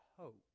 hope